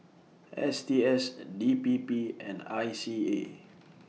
S T S D P P and I C A